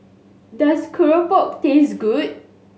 does Keropok taste good